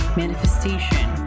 manifestation